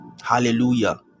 hallelujah